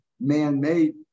man-made